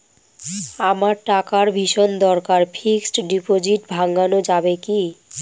আমার টাকার ভীষণ দরকার ফিক্সট ডিপোজিট ভাঙ্গানো যাবে কি?